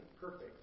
perfect